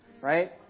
right